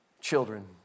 children